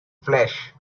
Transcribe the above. flesh